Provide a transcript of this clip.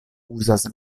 uzas